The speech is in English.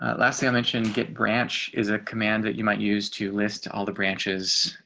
ah last thing i mentioned get branch is a command that you might use to list all the branches,